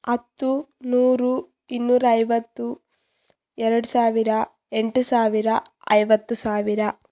ಹತ್ತು ನೂರು ಇನ್ನೂರೈವತ್ತು ಎರಡು ಸಾವಿರ ಎಂಟು ಸಾವಿರ ಐವತ್ತು ಸಾವಿರ